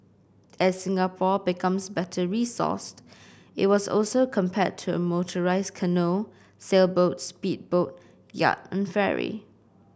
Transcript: as Singapore becomes better resourced it was also compared to a motorised canoe sailboat speedboat yacht and ferry